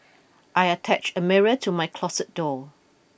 I attached a mirror to my closet door